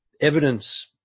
evidence